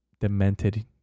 demented